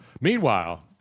Meanwhile